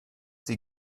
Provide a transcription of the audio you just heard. sie